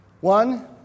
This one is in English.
One